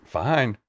fine